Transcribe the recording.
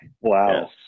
Wow